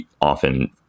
often